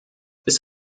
ist